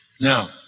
Now